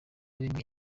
rimwe